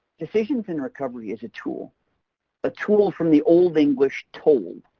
decisions in recovery is a tool a tool from the old english told,